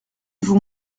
vous